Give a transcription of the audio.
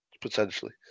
Potentially